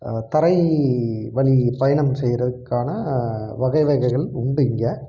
தரை வழி பயணம் செய்யறதுக்கான வகை வகைகள் உண்டு இங்கே